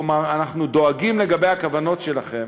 כלומר אנחנו דואגים לגבי הכוונות שלכם,